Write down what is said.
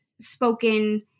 spoken